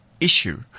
issue